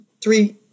three